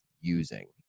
using